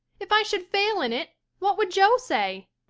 if i should fail in it what would jo say?